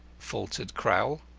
faltered crowl.